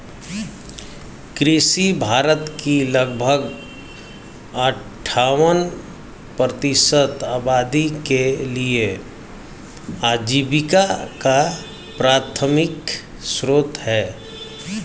कृषि भारत की लगभग अट्ठावन प्रतिशत आबादी के लिए आजीविका का प्राथमिक स्रोत है